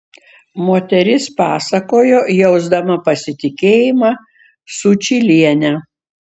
moteris pasakojo jausdama pasitikėjimą sučyliene